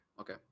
Okay